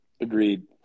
Agreed